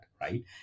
right